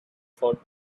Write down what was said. for